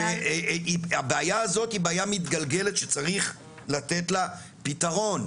והבעיה הזאת היא בעיה מתגלגלת שצריך לתת לה פתרון.